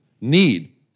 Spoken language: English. need